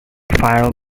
file